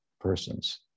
persons